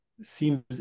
seems